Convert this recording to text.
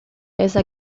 esa